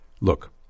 Look